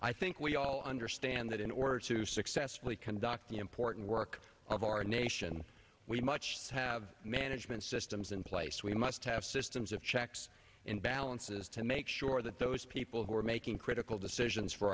i think we all understand that in order to successfully conduct the important work of our nation we much have management systems in place we must have systems of checks and balances to make sure that those people who are making critical decisions for